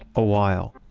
a while.